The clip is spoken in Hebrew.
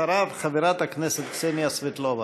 אחריו, חברת הכנסת קסניה סבטלובה.